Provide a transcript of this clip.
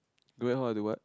how do what